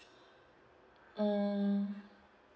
um